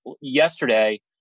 yesterday